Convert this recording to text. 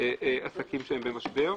עסקים שהם במשבר.